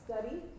study